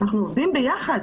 אנחנו עובדים ביחד,